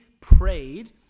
prayed